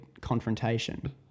confrontation